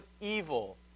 evil